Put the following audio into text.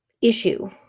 issue